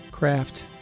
craft